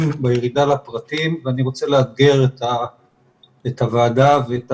בירידה לפרטים ואני רוצה לאתגר את הוועדה ואת